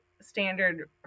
standard